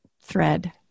thread